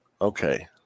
okay